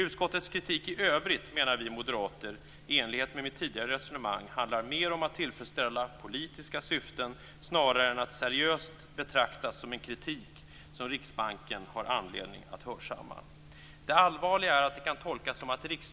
Utskottets kritik i övrigt menar vi moderater, i enlighet med mitt tidigare resonemang, handlar mer om att tillfredsställa politiska syften snarare än att seriöst betraktas som en kritik som Riksbanken har anledning att hörsamma.